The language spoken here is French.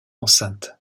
enceinte